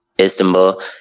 Istanbul